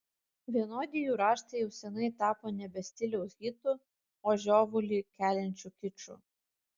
vienodi jų raštai jau seniai tapo nebe stiliaus hitu o žiovulį keliančiu kiču